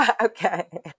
Okay